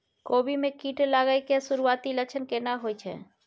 कोबी में कीट लागय के सुरूआती लक्षण केना होय छै